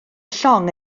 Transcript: llong